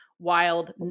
wild